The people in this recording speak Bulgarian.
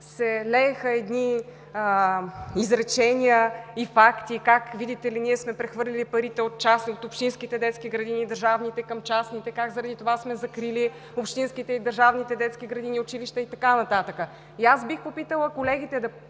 се лееха едни изречения и факти как, видите ли, ние сме прехвърлили парите от общинските детски градини и държавните към частните, как заради това сме закрили общинските и държавните детски градини и училища и така нататък. Бих попитала колегите,